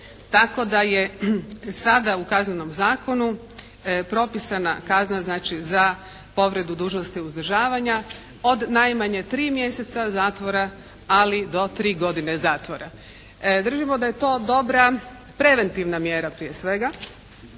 Tako da je sada u Kaznenom zakonu propisana kazna znači za povredu dužnosti uzdržavanja od najmanje 3 mjeseca zatvora ali do 3 godine zatvora. Držimo da je to dobra preventivna mjera prije svega